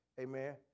Amen